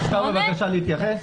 היושב-ראש, אפשר בבקשה להתייחס?